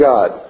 God